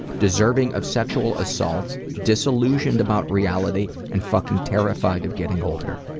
deserving of sexual assault, disillusioned about reality and fucking terrified of getting older.